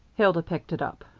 hilda picked it up.